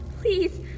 Please